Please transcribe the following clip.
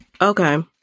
Okay